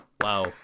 Wow